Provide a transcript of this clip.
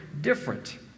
different